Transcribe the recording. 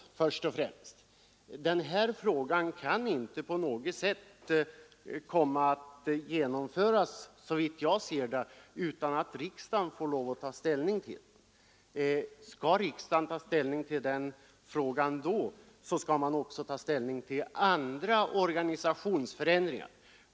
Som jag ser det kan en sådan ordning inte på något sätt genomföras utan att riksdagen tar ställning till den. Skall riksdagen ta ställning till frågan, måste riksdagen också ta ställning till andra organisationsförändringar.